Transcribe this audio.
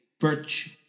virtue